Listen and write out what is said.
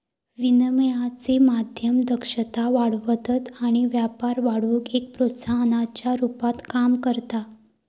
विनिमयाचे माध्यम दक्षता वाढवतत आणि व्यापार वाढवुक एक प्रोत्साहनाच्या रुपात काम करता